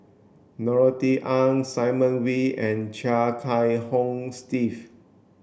Norothy Ng Simon Wee and Chia Kiah Hong Steve